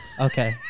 Okay